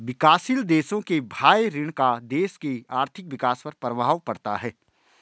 विकासशील देशों के बाह्य ऋण का देश के आर्थिक विकास पर प्रभाव पड़ता है